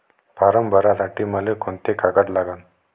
Form भरासाठी मले कोंते कागद लागन?